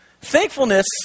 Thankfulness